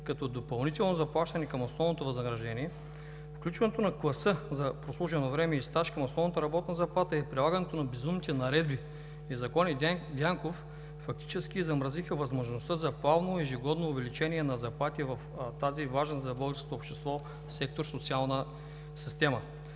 като допълнително заплащане към основното възнаграждение. Включването на класа за прослужено време и стаж към основната работна заплата и прилагането на безумните наредби и закони „Дянков“, фактически замразиха възможността за плавно и ежегодно увеличение на заплатите в този важен за българското общество сектор „Социална система“.